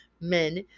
men